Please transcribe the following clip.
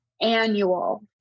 annual